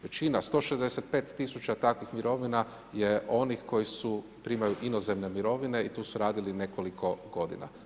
Većina 165000 takvih mirovina je onih koji su primaju inozemne mirovine i tu su radile nekoliko godina.